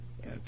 Okay